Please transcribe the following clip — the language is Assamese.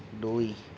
দুই